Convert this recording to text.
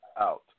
out